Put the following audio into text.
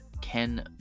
Ken